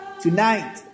tonight